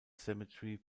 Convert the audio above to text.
cemetery